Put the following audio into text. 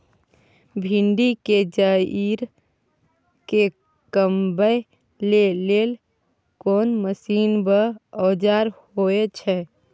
भिंडी के जईर के कमबै के लेल कोन मसीन व औजार होय छै?